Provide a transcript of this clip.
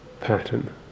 pattern